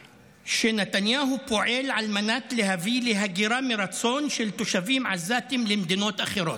שנתניהו פועל על מנת להביא להגירה מרצון של תושבים עזתים למדינות אחרות.